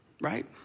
right